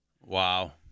Wow